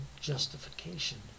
justification